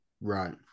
right